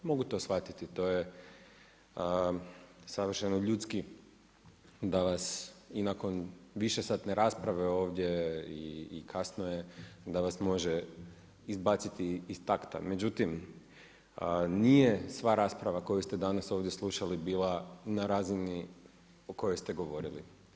Mogu to shvatiti, to je savršeno ljudski da vas i nakon višesatne rasprave ovdje i kasno je da vas može izbaciti iz takta, međutim nije sva rasprava koju ste danas ovdje slušali bila na razini u kojoj ste govorili.